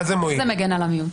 איך זה מגן על המיעוט?